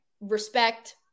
respect